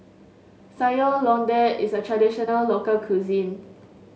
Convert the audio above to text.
Sayur Lodeh is a traditional local cuisine